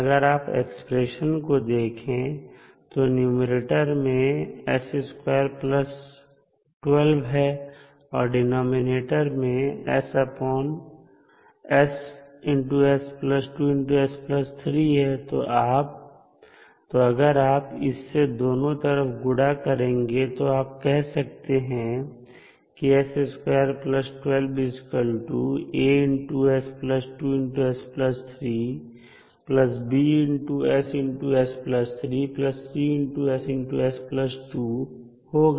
अगर आप एक्सप्रेशन को देखें तो न्यूमैरेटर में है और डिनॉमिनेटर में ss 2s 3 है तो अगर आप इससे दोनों तरफ गुणा करेंगे तो आप कह सकते हैं कि होगा